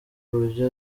uburyo